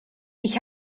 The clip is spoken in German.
ich